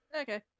Okay